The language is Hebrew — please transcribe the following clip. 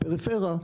לפריפריה,